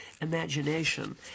imagination